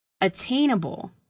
attainable